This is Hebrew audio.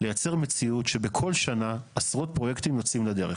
לייצר מציאות שבכל שנה עשרות פרויקטים יוצאים לדרך.